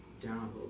down